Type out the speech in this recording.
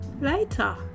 later